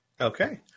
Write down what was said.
Okay